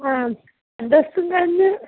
ആ രണ്ട് ദിവസം കഴിഞ്ഞ്